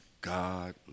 God